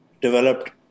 developed